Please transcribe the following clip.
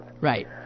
Right